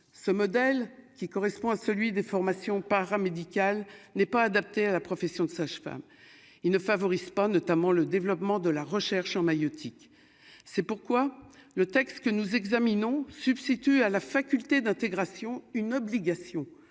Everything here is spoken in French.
ce modèle qui correspond à celui des formations paramédicales n'est pas adapté à la profession de sage-femme il ne favorise pas notamment le développement de la recherche en maïeutique, c'est pourquoi le texte que nous examinons substitut à la faculté d'intégration, une obligation